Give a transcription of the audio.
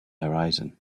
horizon